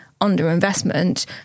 underinvestment